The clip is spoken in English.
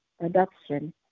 adoption